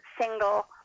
single